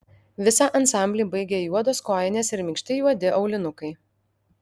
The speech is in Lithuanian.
visą ansamblį baigė juodos kojinės ir minkšti juodi aulinukai